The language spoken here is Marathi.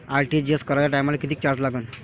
आर.टी.जी.एस कराच्या टायमाले किती चार्ज लागन?